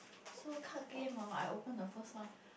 so card game hor I open the first one